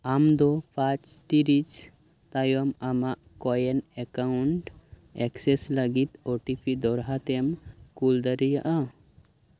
ᱟᱢ ᱫᱚ ᱯᱟᱸᱪ ᱴᱤᱲᱤᱪ ᱛᱟᱭᱚᱢ ᱟᱢᱟᱜ ᱠᱚᱭᱮᱱ ᱮᱠᱟᱣᱩᱱᱴ ᱮᱠᱥᱮᱥ ᱞᱟᱜᱤᱫ ᱳ ᱴᱤ ᱯᱤ ᱫᱚᱲᱦᱟ ᱛᱮᱢ ᱠᱳᱞ ᱫᱟᱲᱮᱭᱟᱜᱼᱟ